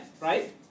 right